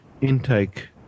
intake